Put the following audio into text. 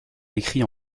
écrit